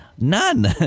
None